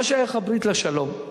מה שייך הברית לשלום?